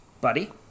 buddy